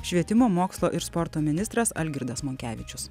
švietimo mokslo ir sporto ministras algirdas monkevičius